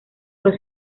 los